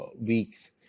weeks